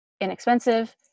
inexpensive